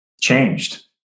changed